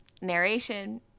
narration